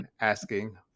asking